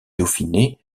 dauphiné